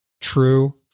True